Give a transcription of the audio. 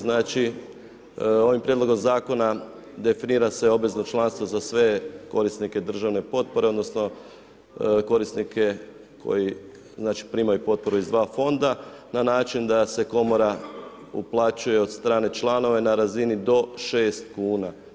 Znači, ovim Prijedlogom zakona definira se obvezno članstvo za sve korisnike državne potpore, odnosno korisnike koji znači, primaju potporu iz dva fonda na način da se komora uplaćuje od strane članova i na razini do 6 kuna.